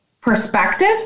perspective